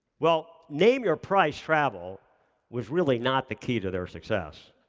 well, name-your-price travel was really not the key to their success.